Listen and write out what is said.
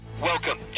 Welcome